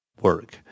work